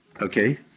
Okay